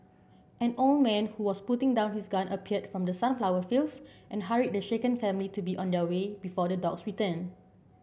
an old man who was putting down his gun appeared from the sunflower fields and hurried the shaken family to be on their way before the dogs return